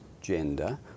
gender